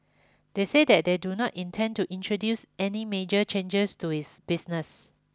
they said that they do not intend to introduce any major changes to its business